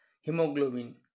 hemoglobin